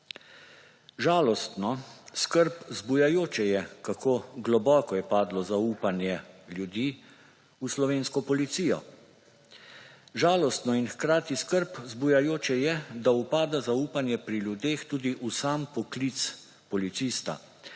Žalostno, skrb vzbujajoče je, kako globoko je padlo zaupanje ljudi v slovensko policijo. Žalostno in hkrati skrb vzbujajoče je, da upada zaupanje pri ljudeh tudi v sam poklic policista;